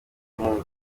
inkunga